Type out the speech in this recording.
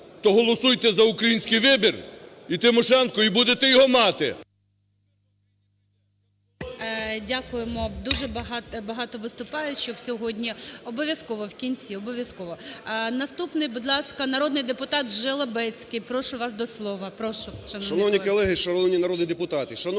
то голосуйте за "Український вибір" і Тимошенко - і будете його мати… ГОЛОВУЮЧИЙ. Дякуємо. Дуже багато виступаючих сьогодні. Обов'язково, в кінці, обов'язково. Наступний, будь ласка, народний депутат Жолобецький. Прошу вас до слова. Прошу, шановний колего. 10:10:06 ЖОЛОБЕЦЬКИЙ О.О. Шановні